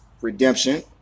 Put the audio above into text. redemption